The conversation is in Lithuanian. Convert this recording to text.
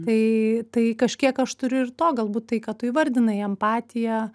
tai tai kažkiek aš turiu ir to galbūt tai ką tu įvardinai empatija